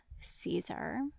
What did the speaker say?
Caesar